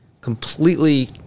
completely